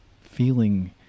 feeling